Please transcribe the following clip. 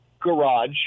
garage